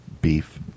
beef